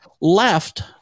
left